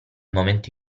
momento